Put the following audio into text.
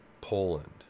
Poland